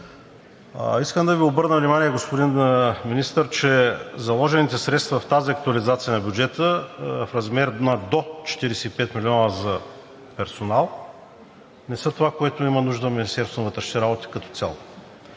Искам да Ви обърна внимание, господин Министър, че заложените средства в тази актуализация на бюджета в размер на до 45 милиона за персонал не са това, от което има нужда Министерството на вътрешните работи, като цяло!